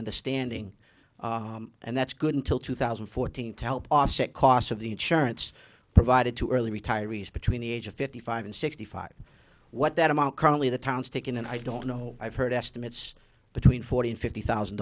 understanding and that's good until two thousand and fourteen to help offset costs of the insurance provided to early retirees between the age of fifty five and sixty five what that amount currently the town's taken and i don't know i've heard estimates between forty and fifty thousand